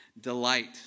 delight